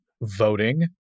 voting